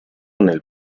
nel